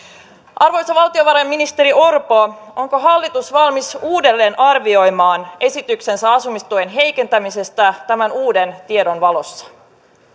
arvoisa valtiovarainministeri orpo onko hallitus valmis uudelleen arvioimaan esityksensä asumistuen heikentämisestä tämän uuden tiedon valossa